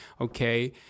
Okay